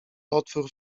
otwór